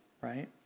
right